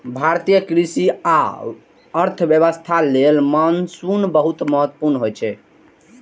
भारतीय कृषि आ अर्थव्यवस्था लेल मानसून बहुत महत्वपूर्ण होइ छै